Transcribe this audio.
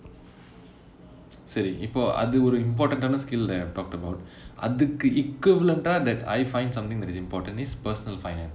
சரி இப்போ அது ஒரு:seri ippo athu oru important ஆன:aana skill that I talked about அதுக்கு:athukku equivalent ah that I find something that is important is personal finance